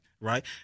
Right